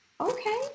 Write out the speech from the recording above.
okay